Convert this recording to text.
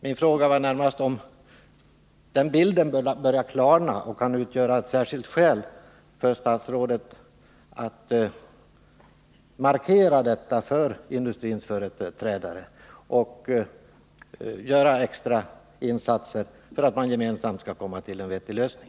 Min fråga var närmast om den bilden börjar klarna Nr 124 och om det finns skäl för statsrådet att markera detta för industrins Fredagen den företrädare, om man bör göra extra insatser för att gemensamt komma fram 1g april 1980 till en vettig lösning.